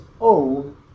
own